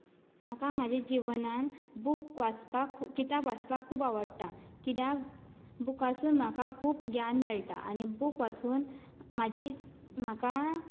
म्हाका माज्या जीवनान बूक वाचपाक किताब वाचपाक खूब आवडटा कित्याक बुकासून म्हाका खूब ज्ञान मेळटा आनी बूक वाचून म्हाजी म्हाका